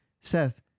Seth